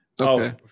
Okay